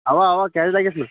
اَوا اَوا کیٛازِ لگیٚس نہٕ